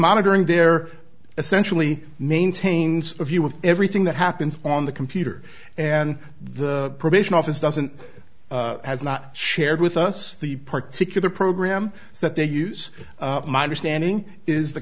monitoring there essentially maintains a few of everything that happens on the computer and the probation office doesn't has not shared with us the particular program that they use my understanding is the